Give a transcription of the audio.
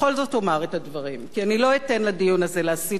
כי אני לא אתן לדיון הזה להסיט אותנו גם מהדיון,